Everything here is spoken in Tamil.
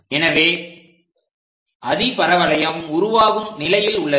எனவே அதிபரவளையம் உருவாகும் நிலையில் உள்ளது